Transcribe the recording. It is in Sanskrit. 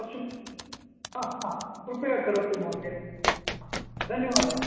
अस्तु हां हां कृपया करोतु महोदय धन्यवाद